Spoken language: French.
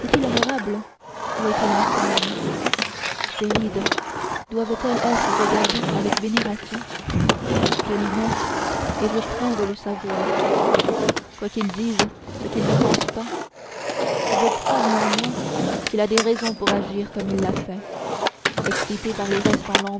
est-il honorable ou est-il infâme ses rides doivent-elles être regardées avec vénération je l'ignore et je crains de le savoir quoiqu'il dise ce qu'il ne pense pas je crois néanmoins qu'il a des raisons pour agir comme il l'a fait excité par les restes